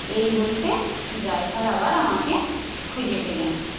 এই বলতে ড্রাইভার আবার আমাকে খুঁজে পেলেন